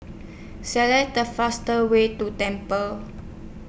Select The fastest Way to Temple